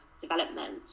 development